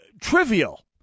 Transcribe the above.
Trivial